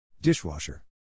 Dishwasher